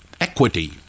equity